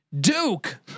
Duke